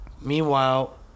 meanwhile